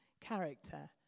character